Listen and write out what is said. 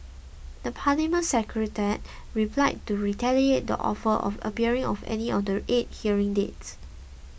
the Parliament Secretariat replied to reiterate the offer of appearing on any of the eight hearing dates